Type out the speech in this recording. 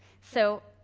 so,